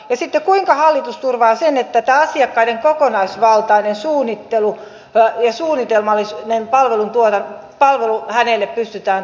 ja sitten kuinka hallitus turvaa sen että tämä kokonaisvaltainen suunnittelu ja suunnitelmallinen palvelu asiakkaalle pystytään tarjoamaan